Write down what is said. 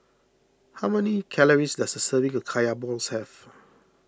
how many calories does a serving of Kaya Balls have